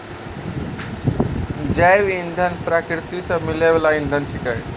जैव इंधन प्रकृति सॅ मिलै वाल इंधन छेकै